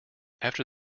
after